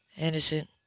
Innocent